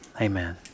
amen